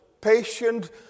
patient